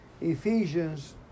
Ephesians